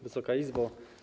Wysoka Izbo!